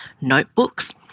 notebooks